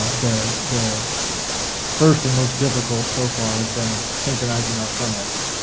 ah the the first and most difficult so far has been simonizing our permits.